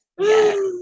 yes